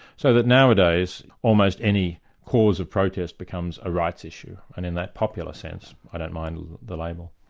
so that nowadays, almost any cause or protest becomes a rights issue, and in that popular sense, i don't mind the label.